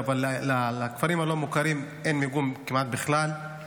אבל בכפרים הלא-מוכרים אין מיגון כמעט בכלל.